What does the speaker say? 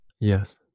Yes